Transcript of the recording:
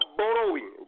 borrowing